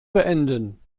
beenden